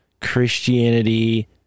Christianity